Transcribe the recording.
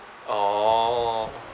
orh